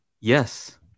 yes